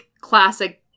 classic